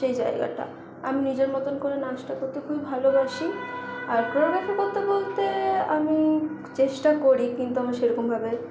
সেই জায়গাটা আমি নিজের মতন করে নাচটা করতে খুব ভালোবাসি আর কোরিওগ্রাফি করতে বলতে আমি চেষ্টা করি কিন্তু আমি সেরকমভাবে